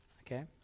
Okay